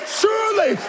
surely